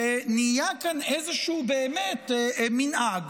ונהיה כאן באמת איזשהו מנהג